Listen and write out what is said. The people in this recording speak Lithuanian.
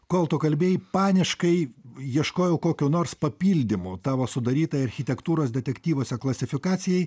kol tu kalbėjai paniškai ieškojau kokio nors papildymo tavo sudarytai architektūros detektyvuose klasifikacijai